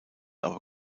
aber